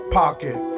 pocket